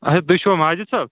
اَچھا تُہۍ چھُوا ماجِد صٲب